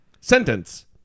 sentence